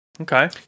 Okay